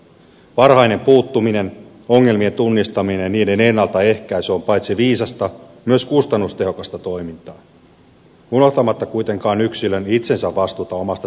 varhainen puuttuminen ongelmien tunnistaminen ja niiden ennaltaehkäisy on paitsi viisasta myös kustannustehokasta toimintaa unohtamatta kuitenkaan yksilön itsensä vastuuta omasta terveydestään huolehtimisessa